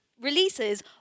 releases